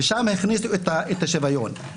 ושם הכניסו את השוויון,